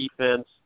defense